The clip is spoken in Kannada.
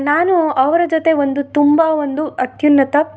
ನಾನು ಅವರ ಜೊತೆ ಒಂದು ತುಂಬ ಒಂದು ಅತ್ಯುನ್ನತ